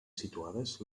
situades